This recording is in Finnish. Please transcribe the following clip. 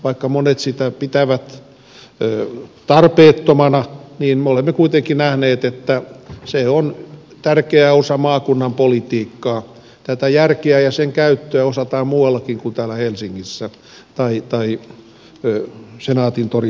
vaikka monet sitä pitävät tarpeettomana niin me olemme kuitenkin nähneet että se on tärkeä osa maakunnan politiikkaa järkeä osataan käyttää muuallakin kuin täällä helsingissä tai senaatintorin ympärillä